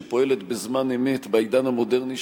שפועלת בזמן אמת בעידן המודרני,